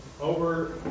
over